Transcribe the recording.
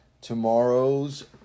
tomorrow's